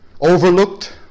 Overlooked